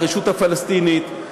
הרשות הפלסטינית,